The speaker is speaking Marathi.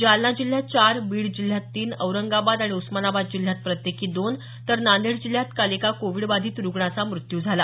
जालना जिल्ह्यात चार बीड जिल्ह्यात तीन औरंगाबाद आणि उस्मानाबाद जिल्ह्यात प्रत्येकी दोन तर नांदेड जिल्ह्यात काल एका कोविड बाधित रुग्णाचा मृत्यू झाला